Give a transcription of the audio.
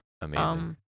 amazing